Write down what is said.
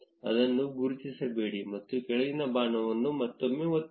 ಅದನ್ನು ಗುರುತಿಸಬೇಡಿ ಮತ್ತು ಕೆಳಗಿನ ಬಾಣವನ್ನು ಮತ್ತೊಮ್ಮೆ ಒತ್ತಿರಿ